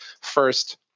first